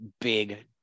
big